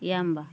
Yamaha